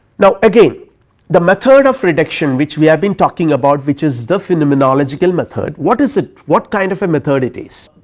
now, again the method of prediction which we are been talking about which is the phenomenological method, what is it, what kind of a method it is.